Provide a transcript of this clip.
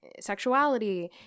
sexuality